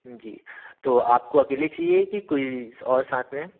जी तो आपको अकेले चाहिए कि कोई और साथ में है